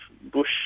bush